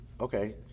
okay